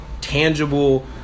tangible